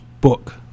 book